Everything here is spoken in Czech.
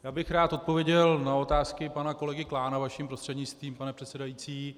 Já bych rád odpověděl na otázky pana kolegy Klána, vaším prostřednictvím, pane předsedající.